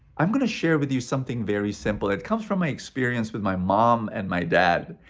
i'm going to share with you something very simple. it comes from my experience with my mom and my dad.